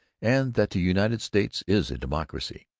and that the united states is a democracy.